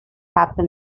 happen